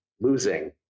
losing